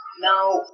Now